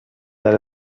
that